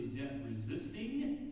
death-resisting